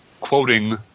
quoting